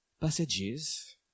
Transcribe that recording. passages